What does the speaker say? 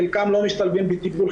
חלקם לא משתלבים בטיפול,